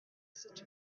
such